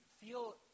feel